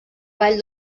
vall